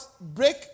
break